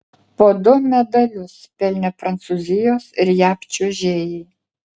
po du medalius pelnė prancūzijos ir jav čiuožėjai